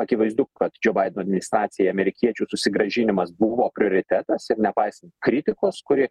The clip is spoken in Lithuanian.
akivaizdu kad baideno administracija amerikiečių susigrąžinimas buvo prioritetas ir nepaisant kritikos kuri